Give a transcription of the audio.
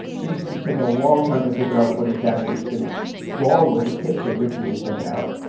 cdc is taking a long time to figure out what exactly has been wrong with the kits they originally sent out.